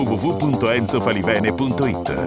www.enzofalivene.it